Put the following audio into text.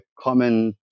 common